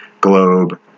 globe